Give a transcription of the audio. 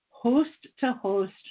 host-to-host